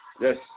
Yes